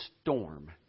storm